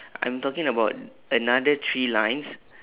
I'm talking about another three lines